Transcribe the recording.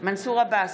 מנסור עבאס,